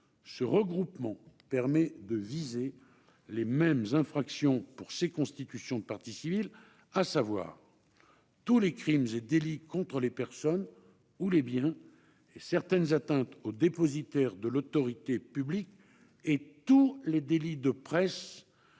tel regroupement permet de viser les mêmes infractions qui nous intéressent, à savoir tous les crimes et délits contre les personnes et contre les biens, certaines atteintes aux dépositaires de l'autorité publique et tous les délits de presse,